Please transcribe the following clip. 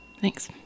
Thanks